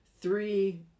three